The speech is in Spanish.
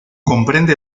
comprende